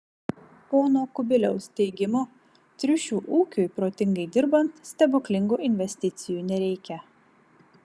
pono kubiliaus teigimu triušių ūkiui protingai dirbant stebuklingų investicijų nereikia